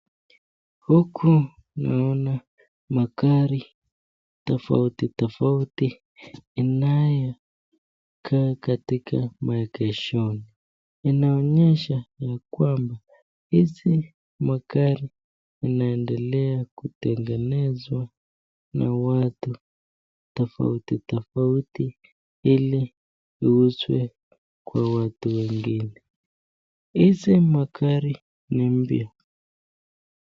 Huku naona magari tofauti tofauti inayokaa katika maegeshoni, inaonyesha ya kwamba hizi magari inaendelea kutengenezwa na watu tofauti tofauti ili iuzwe kwa watu wengine. Hizi magari ni mpya.